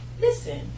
Listen